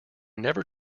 never